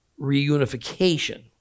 reunification